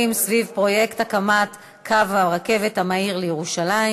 סביב פרויקט הקמת קו הרכבת המהיר לירושלים,